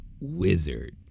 wizard